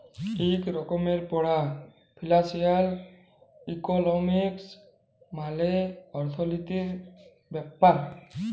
ইক রকমের পড়া ফিলালসিয়াল ইকলমিক্স মালে অথ্থলিতির ব্যাপার